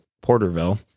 Porterville